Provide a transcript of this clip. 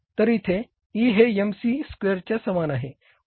तर येथे E हे MC स्क्वेअरच्या समान आहे